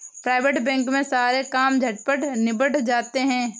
private bank में सारे काम झटपट निबट जाते हैं